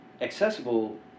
accessible